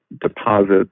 deposits